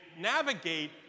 navigate